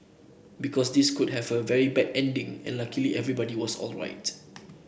because this could have had a very bad ending and luckily everybody was alright